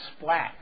splat